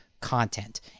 content